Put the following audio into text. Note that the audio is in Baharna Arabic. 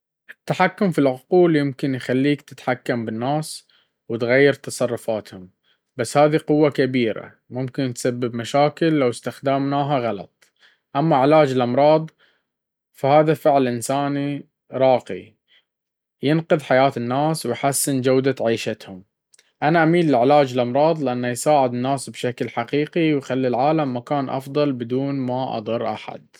التحكم في العقول يمكن يخليك تتحكم بالناس وتغير تصرفاتهم، بس هذي قوة كبيرة ممكن تسبب مشاكل لو استخدمتها غلط. أما علاج الأمراض، فهذا فعل إنساني راقي، ينقذ حياة الناس ويحسن جودة عيشهم. أنا أميل لعلاج الأمراض، لأنه يساعد الناس بشكل حقيقي ويخلي العالم مكان أفضل بدون ما أضر أحد.